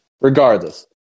Regardless